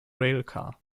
railcar